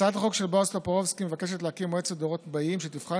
הצעת החוק של בועז טופורובסקי מבקשת להקים מועצת הדורות הבאים שתבחן